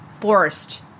forest